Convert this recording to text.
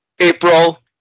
April